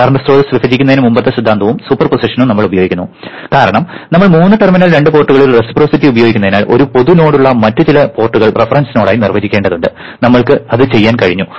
current സ്രോതസ്സ് വിഭജിക്കുന്നതിന് മുമ്പത്തെ സിദ്ധാന്തവും സൂപ്പർ പൊസിഷനും നമ്മൾ ഉപയോഗിക്കുന്നു കാരണം നമ്മൾ മൂന്ന് ടെർമിനൽ 2 പോർട്ടുകളിൽ റെസിപ്രൊസിറ്റി ഉപയോഗിക്കുന്നതിനാൽ ഒരു പൊതു നോഡുള്ള മറ്റ് ചില പോർട്ടുകൾ റഫറൻസ് നോഡായി നിർവചിക്കേണ്ടതുണ്ട് നമ്മൾക്ക് അത് ചെയ്യാൻ കഴിഞ്ഞു